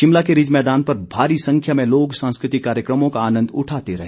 शिमला के रिज मैदान पर भारी संख्या में लोग सांस्कृतिक कार्यक्रमों का आनन्द उठाते रहे